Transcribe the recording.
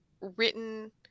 written